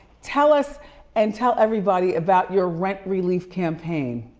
tell us and tell everybody about your rent relief campaign.